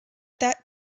that